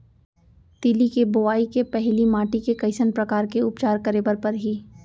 तिलि के बोआई के पहिली माटी के कइसन प्रकार के उपचार करे बर परही?